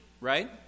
right